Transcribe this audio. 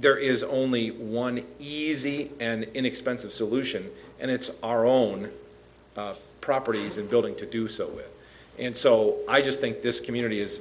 there is only one easy and inexpensive solution and it's our own properties and building to do so and so i just think this community